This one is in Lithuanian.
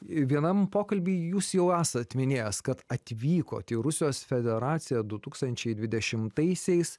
vienam pokalby jūs jau esat minėjęs kad atvykote į rusijos federaciją du tūkstančiai dvidešimtaisiais